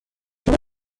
شما